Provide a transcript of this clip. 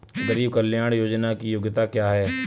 गरीब कल्याण योजना की योग्यता क्या है?